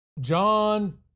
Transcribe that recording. John